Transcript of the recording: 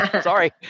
Sorry